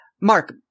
Mark